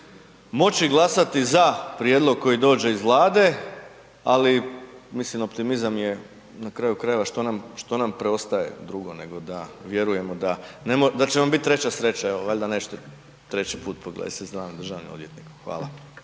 moći glasati za prijedlog koji dođe iz Vlade, ali, mislim, optimizam je na kraju krajeva, što nam preostaje drugo nego da vjerujemo da će nam bit 3. sreća, evo, valjda nećete 3. put .../Govornik se ne razumije./... državni odvjetnik. Hvala.